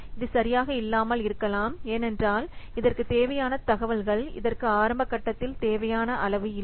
இது சரியாக இல்லாமல் இருக்கலாம் ஏனென்றால் இதற்கு தேவையான தகவல்கள் இதற்கு ஆரம்ப கட்டத்தில் தேவையான அளவு இல்லை